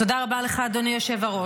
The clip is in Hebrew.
תודה רבה לך, אדוני היושב-ראש.